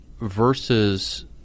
versus